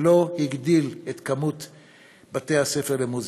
לא הגדיל את מספר בתי-הספר למוזיקה.